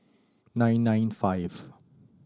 nine nine five